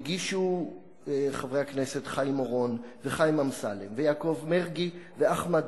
הגישו חברי הכנסת חיים אורון וחיים אמסלם ויעקב מרגי ואחמד